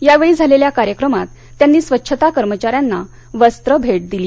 या वेळी झालेल्या कार्यक्रमात त्यांनी स्वच्छता कर्मचाऱ्यांना वस्त्र भेट दिली